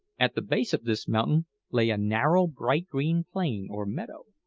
at the base of this mountain lay a narrow bright-green plain or meadow,